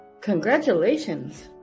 Congratulations